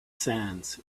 sands